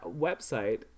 website